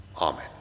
Amen